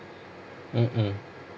mmhmm